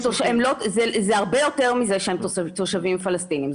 זה הרבה יותר מזה שהם תושבים פלסטינים.